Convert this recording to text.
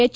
H